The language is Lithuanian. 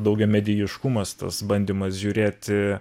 daugiamedijiškumas tas bandymas žiūrėti